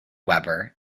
weber